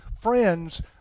friends